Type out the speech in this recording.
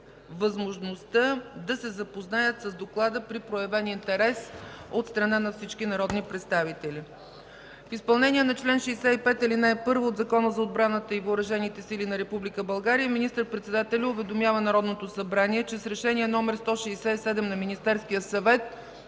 възможността да се запознаят с доклада при проявен интерес от страна на всички народни представители. В изпълнение на чл. 65, ал. 1 от Закона за отбраната и въоръжените сили на Република България министър-председателят уведомява Народното събрание, че с Решение № 167 на Министерския съвет